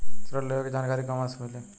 ऋण लेवे के जानकारी कहवा से मिली?